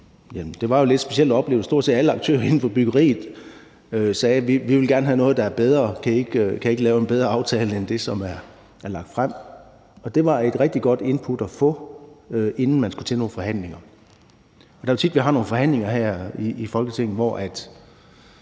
Det var jo en lidt speciel oplevelse, for stort set alle aktører inden for byggeriet sagde: Vi vil gerne have noget, der er bedre; kan I ikke lave en bedre aftale end det, som er lagt frem? Og det var et rigtig godt input at få, inden man skulle til forhandlinger. Vi har jo tit nogle forhandlinger her i Folketinget, som man